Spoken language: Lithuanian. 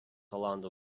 olandų